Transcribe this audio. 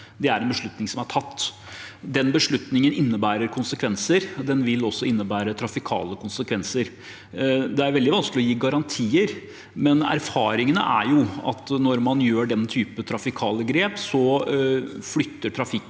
Det er en beslutning som er tatt. Den beslutningen innebærer konsekvenser. Den vil også innebære trafikale konse kvenser. Det er veldig vanskelig å gi garantier, men erfaringene er at når man tar den typen trafikale grep, flytter trafikken